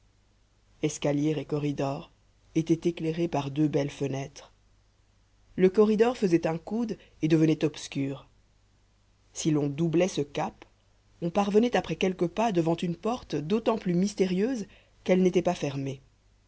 escalier et corridor étaient éclairés par deux belles fenêtres le corridor faisait un coude et devenait obscur si l'on doublait ce cap on parvenait après quelques pas devant une porte d'autant plus mystérieuse qu'elle n'était pas fermée